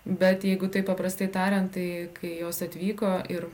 bet jeigu taip paprastai tariant tai kai jos atvyko ir